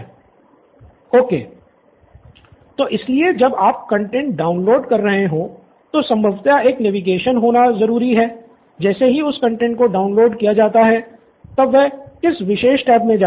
professor Bala okay student Nithin तो इसलिए जब आप कंटैंट डाउनलोड कर रहे हो तो संभवतः एक नेविगेशन का होना ज़रूरी है जैसे ही उस कंटैंट को डाउनलोड किया जाता है तब वह किस विशेष टैब में जाएगा